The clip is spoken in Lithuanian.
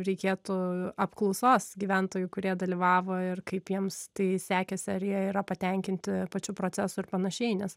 reikėtų apklausos gyventojų kurie dalyvavo ir kaip jiems tai sekėsi ar jie yra patenkinti pačiu procesu ir panašiai nes